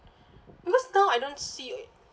because now I don't see it